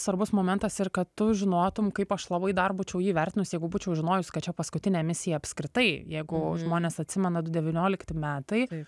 svarbus momentas ir kad tu žinotum kaip aš labai dar būčiau jį vertinus jeigu būčiau žinojus kad čia paskutinė misija apskritai jeigu žmonės atsimena du devyniolikti metai